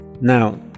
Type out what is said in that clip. now